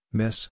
miss